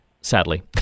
sadly